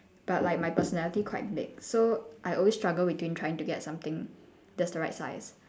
but like my personality quite big so I always struggle between trying to get something that's the right size